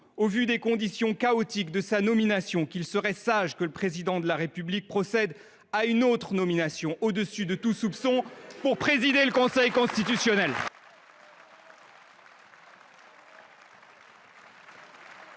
au vu des conditions chaotiques de cette nomination, qu’il serait sage que le Président de la République procède à une autre désignation, qui échappe à tout soupçon, pour présider le Conseil constitutionnel